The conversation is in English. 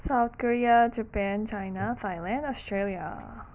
South Korea Japan China Thailand Australia